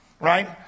right